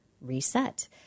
reset